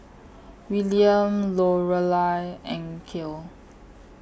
William Lorelai and Kale